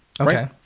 Okay